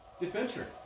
adventure